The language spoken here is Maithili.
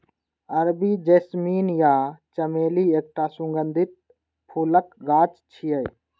अरबी जैस्मीन या चमेली एकटा सुगंधित फूलक गाछ छियै